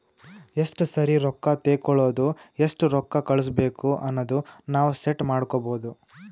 ಎಸ್ಟ ಸರಿ ರೊಕ್ಕಾ ತೇಕೊಳದು ಎಸ್ಟ್ ರೊಕ್ಕಾ ಕಳುಸ್ಬೇಕ್ ಅನದು ನಾವ್ ಸೆಟ್ ಮಾಡ್ಕೊಬೋದು